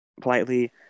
politely